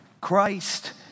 Christ